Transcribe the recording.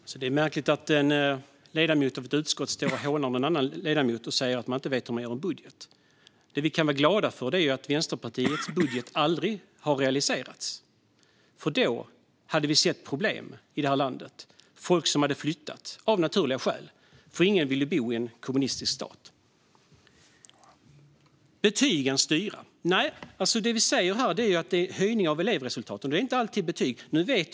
Herr talman! Det är märkligt att en ledamot av ett utskott hånar en annan ledamot och säger att man inte vet hur man gör en budget. Det vi kan vara glada för är att Vänsterpartiets budget aldrig har realiserats. Då hade vi sett problem i det här landet. Folk hade av naturliga skäl flyttat eftersom ingen vill bo i en kommunistisk stat. Ska betygen styra? Nej, vi säger att det är fråga om en höjning av elevresultaten. Det är inte alltid fråga om betyg.